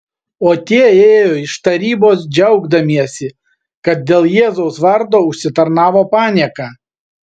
o tie ėjo iš tarybos džiaugdamiesi kad dėl jėzaus vardo užsitarnavo panieką